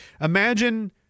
Imagine